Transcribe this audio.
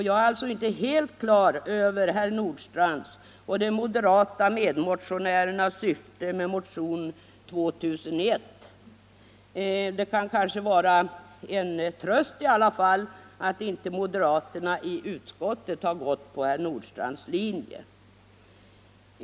Jag är alltså inte helt på det klara med herr Nordstrandhs och de moderata medmotionärernas syfte med motionen 2001. Det kan kanske i alla fall vara en tröst att moderaterna i utskottet inte följt herr Nordstrandhs linje.